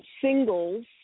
singles